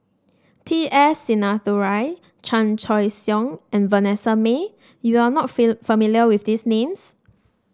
T S Sinnathuray Chan Choy Siong and Vanessa Mae you are not familiar with these names